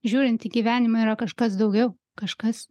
žiūrint į gyvenimą yra kažkas daugiau kažkas